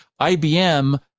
IBM